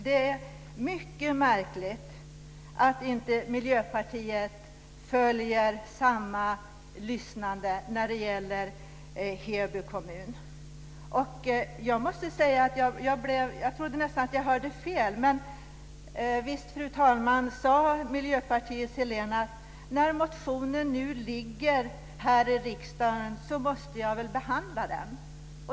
Det är mycket märkligt att inte Miljöpartiet inte följer samma lyssnande när det gäller Heby kommun. Jag måste säga att jag nästan trodde att jag hörde fel. Visst, fru talman, sade Miljöpartiets Helena: När motionen nu ligger här i riksdagen måste jag väl behandla den.